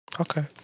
Okay